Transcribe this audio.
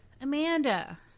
Amanda